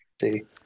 see